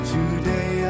Today